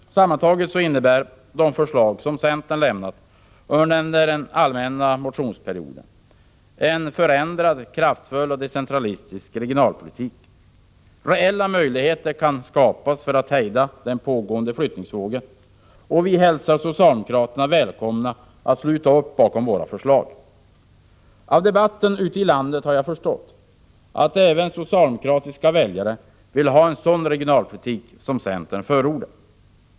Sammantaget innebär de förslag centern lämnat under den allmänna motionstiden en förändrad, kraftfull och decentralistisk regionalpolitik. Reella möjligheter kan skapas för att hejda den pågående flyttningsvågen. Vi hälsar socialdemokraterna välkomna att sluta upp bakom våra förslag. Av debatten ute i landet har jag förstått att även socialdemokratiska väljare vill ha en sådan regionalpolitik som centern förordar.